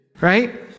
right